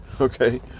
okay